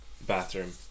bathroom